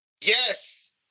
Yes